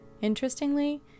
Interestingly